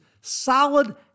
solid